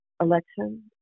election